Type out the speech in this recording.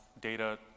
data